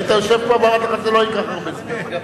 היית יושב פה, ואמרתי לך: זה לא ייקח הרבה זמן.